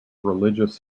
religious